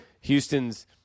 Houston's